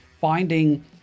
finding